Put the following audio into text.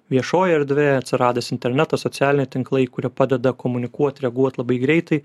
viešoj erdvėj atsiradęs internetas socialiniai tinklai kurie padeda komunikuot reaguot labai greitai